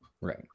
Right